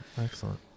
excellent